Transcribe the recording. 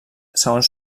segons